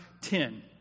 ten